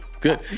good